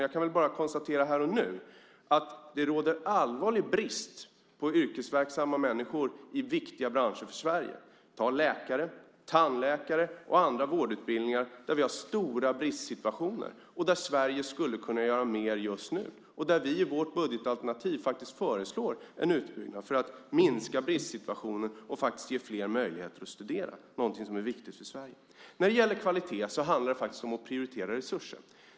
Jag kan bara konstatera här och nu att det råder allvarlig brist på yrkesverksamma människor i för Sverige viktiga branscher. Det handlar om läkare, tandläkare och andra vårdutbildade där det är en allvarlig bristsituation och där Sverige skulle kunna göra mer just nu. I vårt budgetalternativ föreslår vi en utbyggnad för att komma till rätta med bristsituationen och ge fler möjligheter att studera. Det är någonting som är viktigt för Sverige. När det gäller kvalitet handlar det faktiskt om att prioritera resurser.